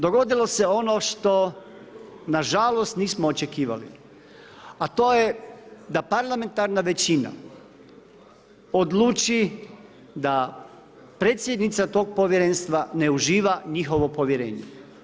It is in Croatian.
Dogodilo se ono što na žalost nismo očekivali, a to je da parlamentarna većina odluči da predsjednica tog povjerenstva ne uživa njihovo povjerenje.